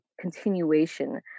continuation